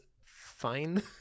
fine